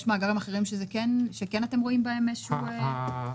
יש מאגרים אחרים שאתם כן רואים בהם אפשרות לחיבור?